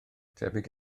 tebyg